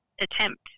attempt